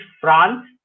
France